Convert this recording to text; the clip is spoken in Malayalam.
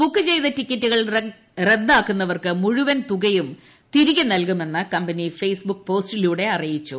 ബുക്കുചെയ്ത ടിക്കറ്റുകൾ റദ്ദാക്കുന്നവർക്ക് മുഴുവൻ തുകയും തിരികെ നൽകുമെന്ന് കമ്പനി ഫെയ്സ്ബുക്ക് പോസ്റ്റിലൂടെ അറിയിച്ചു